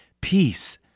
peace